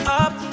up